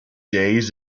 days